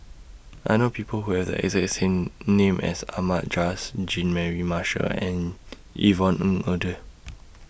I know People Who Have The exact same name as Ahmad Jais Jean Mary Marshall and Yvonne Ng Uhde